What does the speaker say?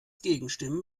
gegenstimmen